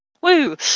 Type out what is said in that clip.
Woo